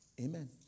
Amen